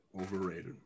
overrated